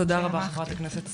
תודה רבה, חברת הכנסת סטרוק.